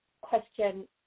question